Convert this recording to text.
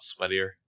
sweatier